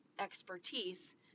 expertise